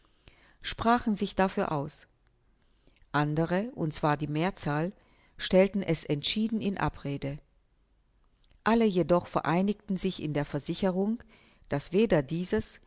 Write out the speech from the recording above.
sprachen sich dafür aus andere und zwar die mehrzahl stellten es entschieden in abrede alle jedoch vereinigten sich in der versicherung daß weder dieses